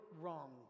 wrong